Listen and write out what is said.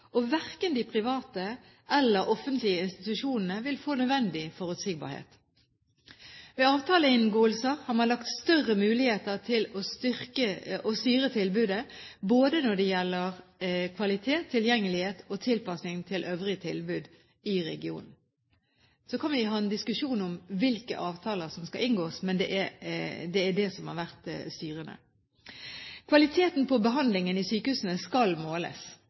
og verken de private eller offentlige institusjonene vil få nødvendig forutsigbarhet. Ved avtaleinngåelser har man langt større mulighet til å styre tilbudet, både når det gjelder kvalitet, tilgjengelighet og tilpasning til øvrige tilbud i regionene. Så kan vi ha en diskusjon om hvilke avtaler som skal inngås, men det er det som har vært styrende. Kvaliteten på behandlingen i sykehusene skal måles,